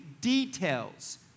details